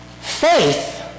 Faith